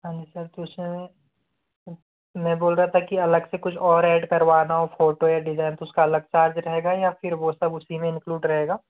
हाँ जी सर तो सर मैं बोल रहा था कि अलग से कुछ और ऐड करवाना हो फ़ोटो या डिजाइन उसका अलग चार्ज रहेगा या फिर वो सब उसी में इंक्लूड रहेगा